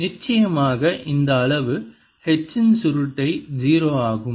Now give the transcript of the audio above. நிச்சயமாக இந்த அளவு H இன் சுருட்டை 0 ஆகும்